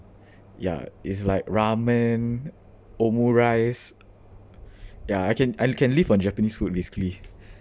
ya it's like ramen omurice yeah I can I can live on japanese food basically